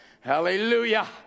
Hallelujah